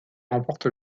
remporte